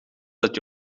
dat